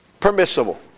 permissible